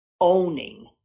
owning